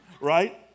Right